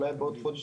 אולי בעוד חודש,